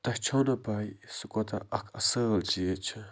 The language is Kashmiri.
تۄہہِ چھَو نہٕ پے سُہ کوٗتاہ اکھ اصٕل چیٖز چھِ